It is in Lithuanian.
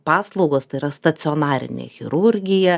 paslaugos tai yra stacionarinė chirurgija